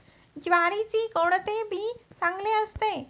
ज्वारीचे कोणते बी चांगले असते?